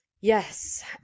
Yes